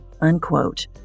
unquote